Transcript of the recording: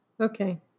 Okay